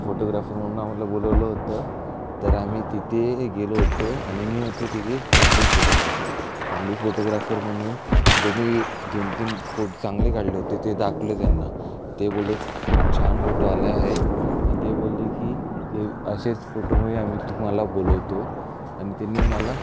photographer म्हणून आम्हाला बोलवलं होतं तर आम्ही तिथे गेलो होतो आणि मी होतो तिथे कॅन्डीड फोटोग्राफर कॅन्डीड फोटोग्राफर म्हणून जो मी दोन तीन फोट चांगले काढले होते ते दाखवले त्यांना ते बोललेच खूप छान फोटो आला आहे ते बोलले की हे असेच फोटोमुळे आम्ही तुम्हाला बोलवतो आणि तेनी मला